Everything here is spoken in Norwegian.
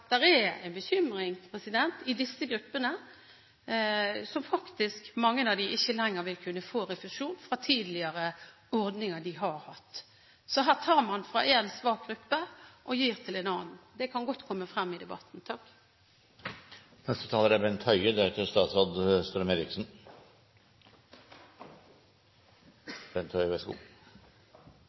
er en bekymring i disse gruppene – mange av dem vil ikke kunne få refusjon fra tidligere ordninger de har hatt. Her tar man fra en svak gruppe og gir til en annen. Det kan godt komme frem i debatten. Hvis en sammenligner den norske befolkningen med befolkningen ellers i Europa, har en gjennomgående god